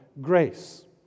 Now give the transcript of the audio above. grace